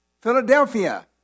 Philadelphia